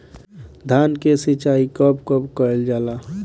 धान के सिचाई कब कब कएल जाला?